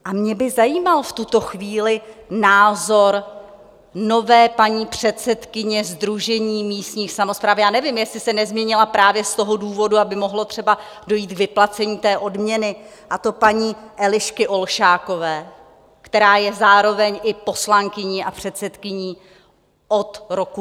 A mě by zajímal v tuto chvíli názor nové paní předsedkyně Sdružení místních samospráv já nevím, jestli se nezměnil právě z toho důvodu, aby mohlo dojít třeba k vyplacení té odměny, a to paní Elišky Olšákové, která je zároveň i poslankyní a předsedkyní od roku 2022.